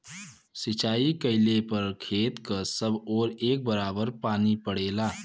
सिंचाई कइले पर खेत क सब ओर एक बराबर पानी पड़ेला